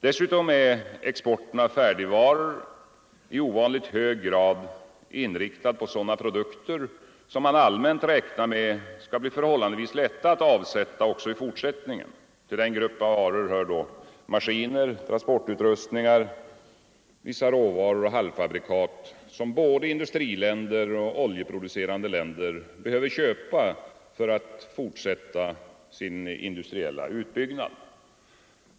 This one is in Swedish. Dessutom är exporten av färdigvaror i ovanligt hög grad inriktad på sådana produkter som man allmänt räknar med skall bli förhållandevis lätta att avsätta också i fortsättningen. Till denna grupp av varor hör bl.a. maskiner och transportutrustning samt vissa råvaror och halvfabrikat, som både industriländer och oljeproducerande länder behöver köpa för att fortsätta sin industriella utbyggnad.